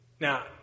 Now